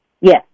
Yes